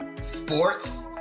sports